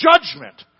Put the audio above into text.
judgment